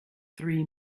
three